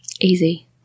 easy